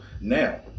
now